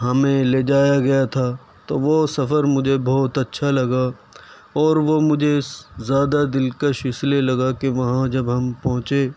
ہمیں لے جایا گیا تھا تو وہ سفر مجھے بہت اچھا لگا اور وہ مجھے زیادہ دلکش اس لئے لگا کہ وہاں جب ہم پہنچے